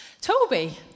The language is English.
Toby